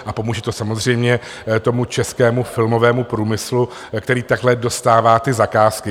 A pomůže to samozřejmě tomu českému filmovému průmyslu, který takhle dostává ty zakázky.